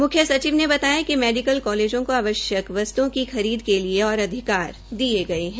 मुख्यसचिव ने बताया कि मेडिकल कालेजों को आवश्यक वस्तुओं की खरीद के लिए और अधिकार दिये गये है